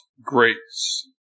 grace